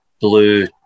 blue